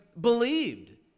believed